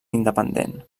independent